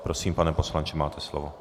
Prosím, pane poslanče, máte slovo.